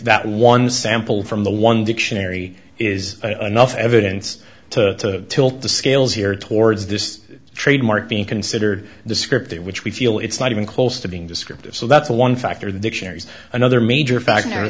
that one sample from the one dictionary is enough evidence to tilt the scales here towards this trademark being considered descriptive which we feel it's not even close to being descriptive so that's one factor that dictionaries another major factor